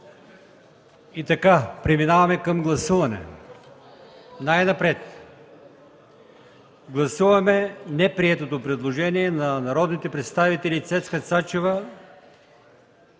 И така, преминаваме към гласуване. Най-напред гласуваме неприетото предложение на народните представители Цецка Цачева